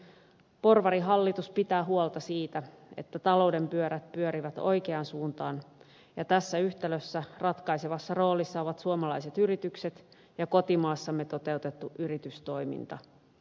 porvarihallitus pitää huolta siitä että talouden pyörät pyörivät oikeaan suuntaan ja tässä yhtälössä ratkaisevassa roolissa ovat suomalaiset yritykset ja kotimaassamme toteutettu yritystoiminta